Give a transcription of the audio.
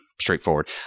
straightforward